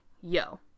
yo